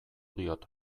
diot